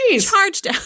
charged